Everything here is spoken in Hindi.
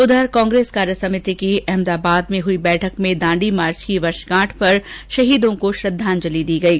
उधर कांग्रेस कार्य समिति को अहमदाबाद में हुई बैठक में दांडी मार्च की वर्षगांठ पर शहीदों को श्रद्वांजलि दी गई